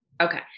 Okay